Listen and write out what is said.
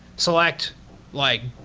select like,